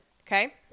Okay